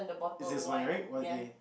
is this wine right okay